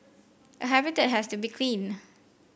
a habitat has to be clean